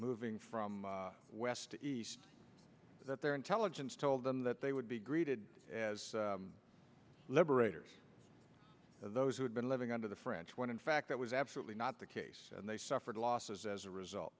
moving from west to east that their intelligence told them that they would be greeted as liberators those who had been living under the french when in fact that was absolutely not the case and they suffered losses as a result